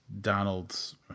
Donald's